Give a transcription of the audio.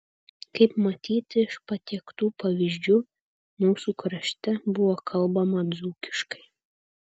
kaip matyti iš patiektų pavyzdžių mūsų krašte buvo kalbama dzūkiškai